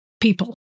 people